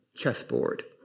chessboard